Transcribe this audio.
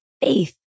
faith